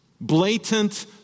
Blatant